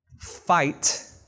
Fight